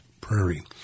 Prairie